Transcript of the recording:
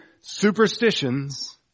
superstitions